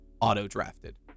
auto-drafted